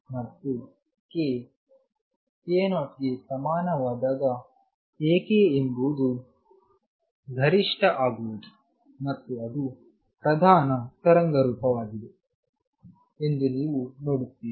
ಮತ್ತು k k0 ಗೆ ಸಮಾನ ವಾದಾಗ A k ಎಂಬುದು ಗರಿಷ್ಠ ಆಗುವುದು ಮತ್ತು ಅದು ಪ್ರಧಾನ ತರಂಗರೂಪವಾಗಿದೆ ಎಂದು ನೀವು ನೋಡುತ್ತೀರಿ